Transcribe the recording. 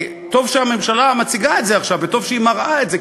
טוב שהממשלה מציגה את זה עכשיו וטוב שהיא מראה את זה,